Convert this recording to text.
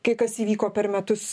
kai kas įvyko per metus